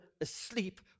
asleep